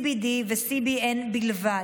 CBD ו-CBN בלבד,